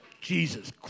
Jesus